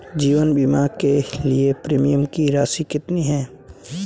जीवन बीमा के लिए प्रीमियम की राशि कितनी है?